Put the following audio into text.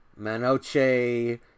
Manoche